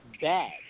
bad